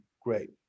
great